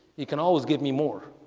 you can always give me more